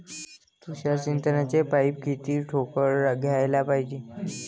तुषार सिंचनाचे पाइप किती ठोकळ घ्याले पायजे?